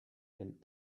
mint